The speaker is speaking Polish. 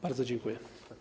Bardzo dziękuję.